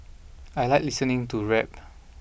I like listening to rap